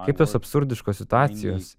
kaip tos absurdiškos situacijos